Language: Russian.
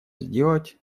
сделать